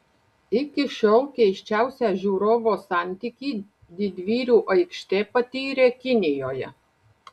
iki šiol keisčiausią žiūrovo santykį didvyrių aikštė patyrė kinijoje